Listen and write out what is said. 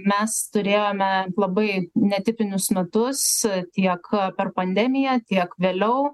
mes turėjome labai netipinius metus tiek per pandemiją tiek vėliau